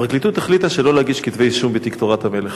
הפרקליטות החליטה שלא להגיש כתבי-אישום בתיק "תורת המלך".